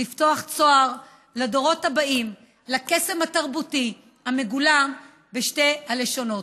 לפתוח צוהר לדורות הבאים לקסם התרבותי המגולם בשתי הלשונות.